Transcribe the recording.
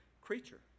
creature